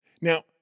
Now